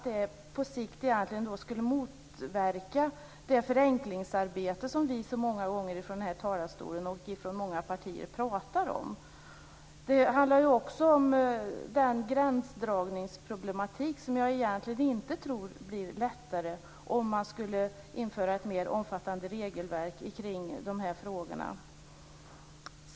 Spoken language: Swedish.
Det skulle på sikt motverka det förenklingsarbete som vi från många partier pratar om i den här talarstolen. Det handlar också om gränsdragningsproblem. Jag tror inte att det blir lättare att lösa dessa om man inför ett mer omfattande regelverk kring de här frågorna.